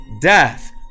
death